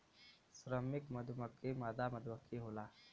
श्रमिक मधुमक्खी मादा मधुमक्खी होला